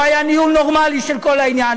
לא היה ניהול נורמלי של כל העניין,